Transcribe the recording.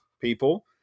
people